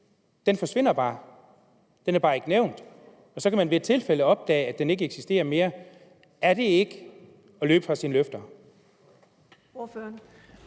den forsvinder bare. Den er bare ikke nævnt. Og så kan man ved et tilfælde opdage, at den ikke eksisterer mere. Er det ikke at løbe fra sine løfter?